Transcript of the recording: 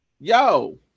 yo